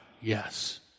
Yes